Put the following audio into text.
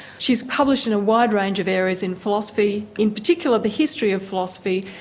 she's published in a wide range of areas in philosophy, in particular the history of philosophy,